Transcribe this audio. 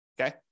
okay